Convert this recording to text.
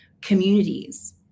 communities